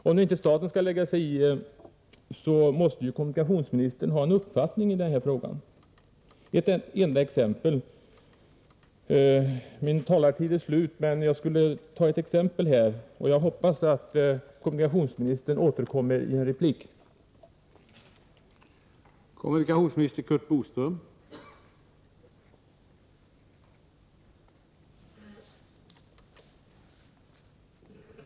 Även om staten nu inte skall lägga sig i, måste kommunikationsministern ha en uppfattning i frågan. Jag skulle gärna vilja anföra ett exempel, men min taletid är slut. Jag hoppas därför att kommunikationsministern begär ordet, så att jag kan återkomma i ett nytt anförande.